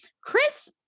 Chris